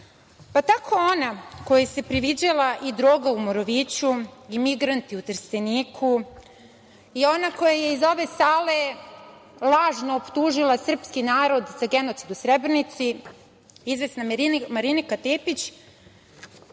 građana. Tako ona kojoj se priviđala i droga u Moroviću i migranti u Trsteniku i ona koja je iz ove sale lažno optužila srpski narod za genocid u Srebrenici, izvesna Marinika Tepić,